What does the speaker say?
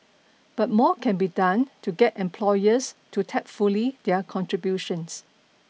but more can be done to get employers to tap fully their contributions